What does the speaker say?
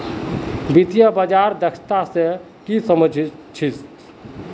वित्तीय बाजार दक्षता स ती की सम झ छि